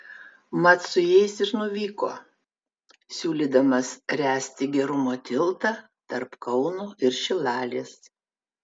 mat su jais ir nuvyko siūlydamas ręsti gerumo tiltą tarp kauno ir šilalės